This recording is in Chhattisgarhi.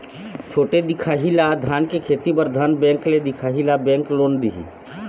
छोटे दिखाही ला धान के खेती बर धन बैंक ले दिखाही ला बैंक लोन दिही?